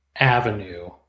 Avenue